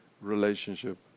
relationship